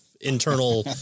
internal